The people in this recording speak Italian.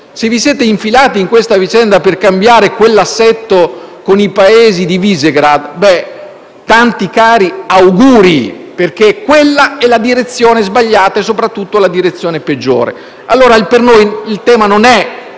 se vi siete infilati in questa vicenda per cambiare quell'assetto con i Paesi di Visegrád, vi rivolgo i miei auguri perché quella è la direzione sbagliata e soprattutto è la peggiore. Per noi il tema non è